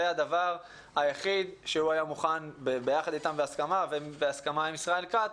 אני מבין שזה הדבר היחיד שהוא היה מוכן בהסכמה איתם ועם השר כץ